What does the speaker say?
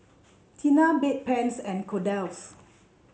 Tena Bedpans and Kordel's